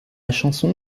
chanson